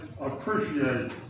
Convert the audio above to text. appreciate